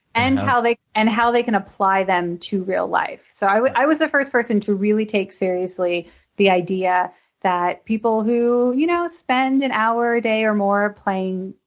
and how they and how they can apply them to real life. so i was the first person to really take seriously the idea that people who you know spend an hour a day or more playing,